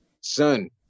son